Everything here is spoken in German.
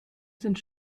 sind